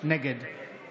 נגד